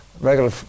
regular